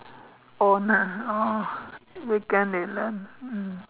owner oh weekend they learn mm